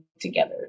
together